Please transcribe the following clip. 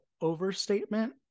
overstatement